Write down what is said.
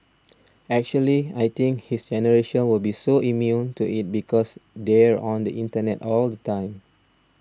actually I think his generation will be so immune to it because they are on the internet all the time